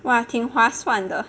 哇挺划算的